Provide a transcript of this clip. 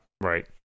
right